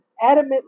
adamantly